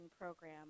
Program